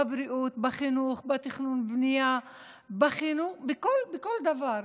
בבריאות, בחינוך, בתכנון בנייה, בכל דבר.